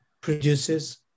produces